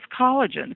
collagen